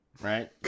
right